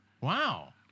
wow